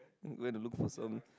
going to look for some